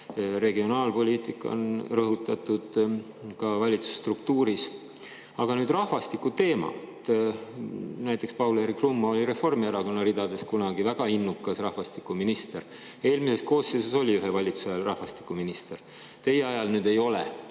regionaalpoliitikat on rõhutatud ka valitsuse struktuuris. Aga rahvastikuteema … Näiteks Paul-Eerik Rummo oli Reformierakonna ridades kunagi väga innukas rahvastikuminister. Eelmises koosseisus oli ühe valitsuse ajal rahvastikuminister, teie ajal nüüd ei ole.